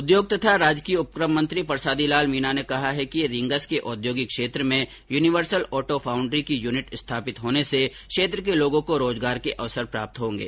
उद्योग तथा राजकीय उपक्रम मंत्री परसादी लाल मीना ने कहा है कि रींगस के औद्योगिक क्षेत्र में युनिवर्सल ऑटो फाउन्ड्री की यूनिट स्थापित होने से क्षेत्र के लोगों को रोजगार के अवसर प्राप्त होंगे